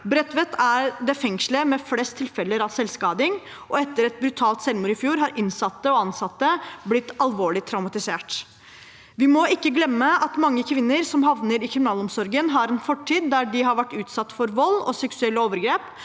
Bredtveit er det fengslet med flest tilfeller av selvskading, og etter et brutalt selvmord i fjor har innsatte og ansatte blitt alvorlig traumatisert. Vi må ikke glemme at mange kvinner som havner i kriminalomsorgen, har en fortid der de har vært utsatt for vold og seksuelle overgrep,